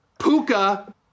Puka